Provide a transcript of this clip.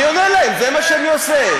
אני עונה להם, זה מה שאני עושה.